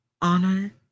honor